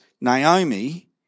Naomi